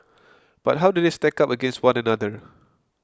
but how do they stack up against one another